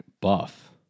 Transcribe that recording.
buff